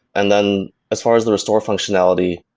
and then as far as the restore functionality,